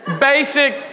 basic